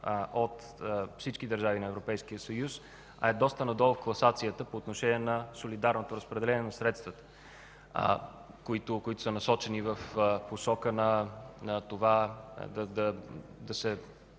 от всички държави на Европейския съюз, а е доста надолу в класацията по отношение на солидарното разпределение на средствата, които са насочени в посока на това да се